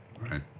Right